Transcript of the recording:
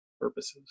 purposes